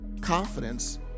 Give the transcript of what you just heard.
confidence